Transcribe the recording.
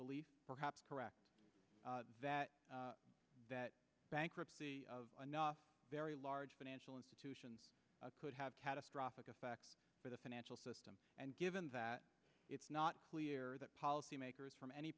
belief perhaps correct that that bankruptcy of very large financial institutions could have catastrophic effects for the financial system and given that it's not clear that policymakers from any